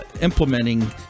implementing